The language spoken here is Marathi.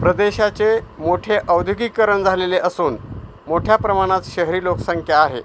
प्रदेशाचे मोठे औद्योगिकीकरण झालेले असून मोठ्या प्रमाणात शहरी लोकसंख्या आहे